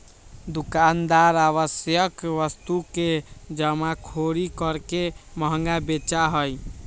दुकानदार आवश्यक वस्तु के जमाखोरी करके महंगा बेचा हई